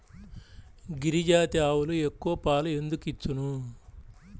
గిరిజాతి ఆవులు ఎక్కువ పాలు ఎందుకు ఇచ్చును?